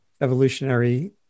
evolutionary